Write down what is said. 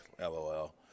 LOL